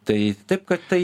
tai taip kad tai